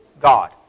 God